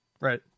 Right